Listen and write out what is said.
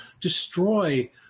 destroy